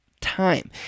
time